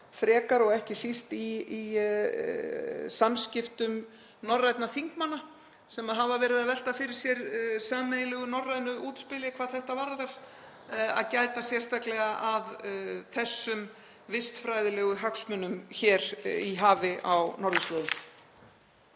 frekar og ekki síst í samskiptum norrænna þingmanna sem hafa verið að velta fyrir sér sameiginlegu norrænu útspili hvað þetta varðar, að gæta sérstaklega að þessum vistfræðilegu hagsmunum í hafi á norðurslóðum.